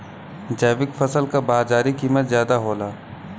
जैविक फसल क बाजारी कीमत ज्यादा होला